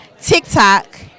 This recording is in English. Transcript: TikTok